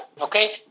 okay